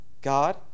God